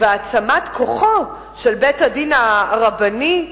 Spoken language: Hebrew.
ובהעצמת כוחו של בית-הדין הרבני,